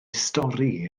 stori